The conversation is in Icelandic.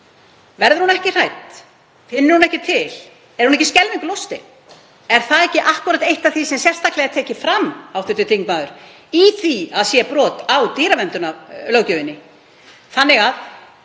Verður hún ekki hrædd? Finnur hún ekki til? Er hún ekki skelfingu lostin? Er það ekki akkúrat eitt af því sem sérstaklega er tekið fram, hv. þingmaður, að sé brot á dýraverndarlöggjöfinni?